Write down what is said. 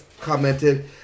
commented